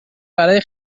برای